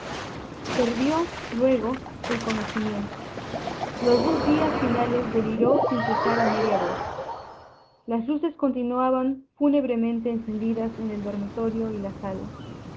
perdió luego el conocimiento los dos días finales deliró sin cesar a media voz las luces continuaban fúnebremente encendidas en el dormitorio y la sala